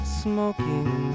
smoking